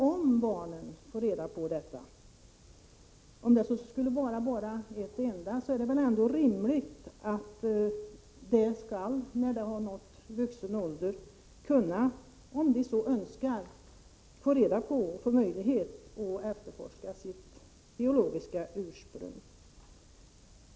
Om barnen får reda på detta — om det så bara skulle vara ett enda barn — är det väl rimligt att de, när de har nått vuxen ålder, om de så önskar skall kunna få möjlighet att efterforska sitt biologiska ursprung?